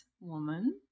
woman